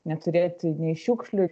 neturėti nei šiukšlių